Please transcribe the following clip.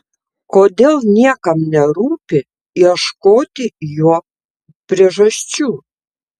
kodėl niekam nerūpi ieškoti jo priežasčių